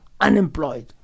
unemployed